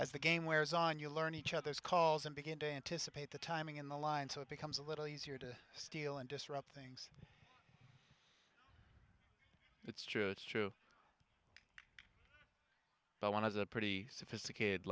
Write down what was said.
as the game wears on you learn each other's calls and begin to anticipate the timing in the line so it becomes a little easier to steal and disrupt things it's true it's true but when i was a pretty sophisticated